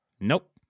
Nope